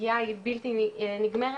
הפגיעה היא בלתי נגמרת,